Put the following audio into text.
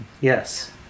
Yes